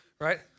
right